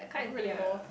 I don't really know